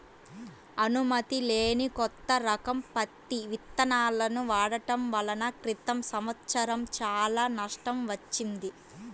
అనుమతి లేని కొత్త రకం పత్తి విత్తనాలను వాడటం వలన క్రితం సంవత్సరం చాలా నష్టం వచ్చింది